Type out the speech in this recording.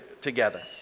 together